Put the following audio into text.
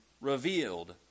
revealed